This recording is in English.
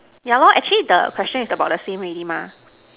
yeah lor actually the question is about the same already mah